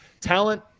Talent